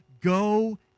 Go